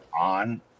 on